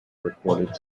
recorded